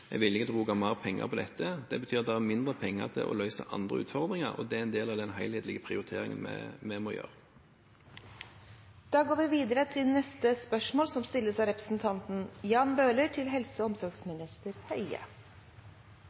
til å bruke mer penger på dette. Det betyr at det er mindre penger til å løse andre utfordringer, og det er en del av den helhetlige prioriteringen vi må gjøre. Dette spørsmålet utsettes til neste spørretime, da statsråden er bortreist. Jeg vil gjerne stille følgende spørsmål til helse- og